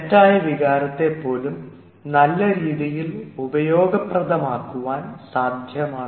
തെറ്റായ വികാരത്തെ പോലും നല്ല രീതിയിൽ ഉപയോഗപ്രദമാക്കാൻ സാധ്യമാണ്